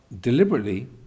deliberately